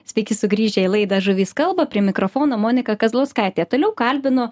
sveiki sugrįžę į laidą žuvys kalba prie mikrofono monika kazlauskaitė toliau kalbinu